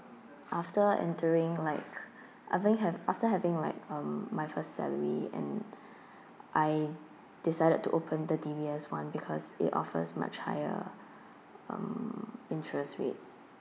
after entering like I think hav~ after having like um my first salary and I decided to open the D_B_S one because it offers much higher uh interest rate